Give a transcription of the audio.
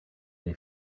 they